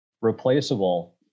replaceable